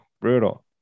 brutal